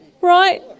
Right